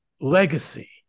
legacy